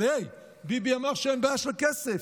אבל היי, ביבי אמר שאין בעיה של כסף,